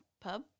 pub